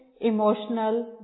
emotional